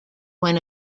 when